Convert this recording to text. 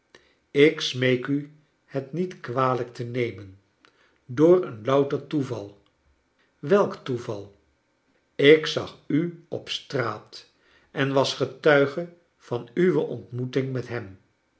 ik smeek u het niet kwalijk te nemen door een louter toeval welk toeval ik zag u op straat en was getuige van uwe ontmoeting met hem